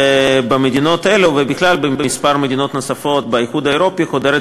במדינות האלה ובכלל בכמה מדינות נוספות באיחוד האירופי חודרת